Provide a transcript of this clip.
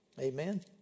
Amen